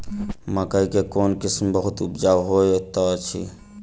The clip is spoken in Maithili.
मकई केँ कोण किसिम बहुत उपजाउ होए तऽ अछि?